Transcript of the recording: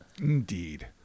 Indeed